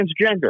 transgender